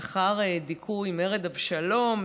לאחר דיכוי מרד אבשלום,